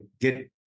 get